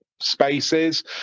spaces